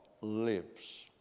lives